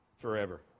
forever